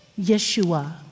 Yeshua